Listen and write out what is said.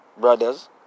brothers